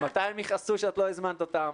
מתי הם יכעסו שאת לא הזמנת אותם,